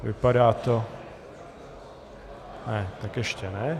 Vypadá to ne, ještě ne.